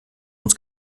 uns